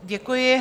Děkuji.